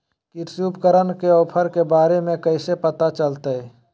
कृषि उपकरण के ऑफर के बारे में कैसे पता चलतय?